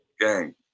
Gang